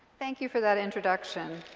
thank you for that introduction.